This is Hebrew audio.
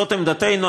זאת עמדתנו,